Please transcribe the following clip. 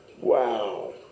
Wow